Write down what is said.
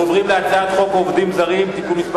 אנחנו עוברים להצעת חוק עובדים זרים (תיקון מס'